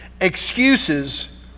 Excuses